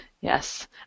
yes